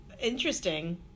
Interesting